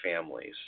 families